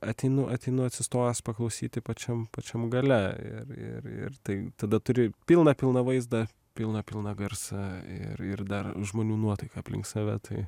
ateinu ateinu atsistojęs paklausyti pačiam pačiam gale ir ir ir tai tada turi pilną pilną vaizdą pilną pilną garsą ir ir dar žmonių nuotaiką aplink save tai